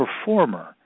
performer